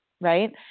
right